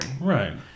right